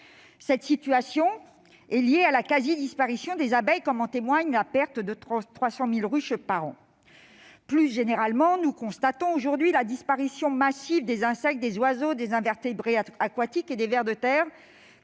Cette situation est liée à la quasi-disparition des abeilles, comme en témoigne la perte de 300 000 ruches par an. Plus généralement, nous constatons aujourd'hui la disparition massive des insectes, des oiseaux, des invertébrés aquatiques et des vers de terre